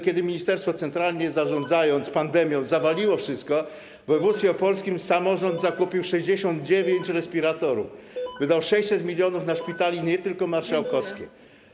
Kiedy ministerstwo, centralnie zarządzając pandemią, zawaliło wszystko, w województwie opolskim samorząd zakupił 69 respiratorów i wydał 600 mln na szpitale, nie tylko marszałkowskie.